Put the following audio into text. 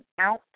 out